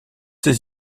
ces